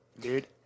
Dude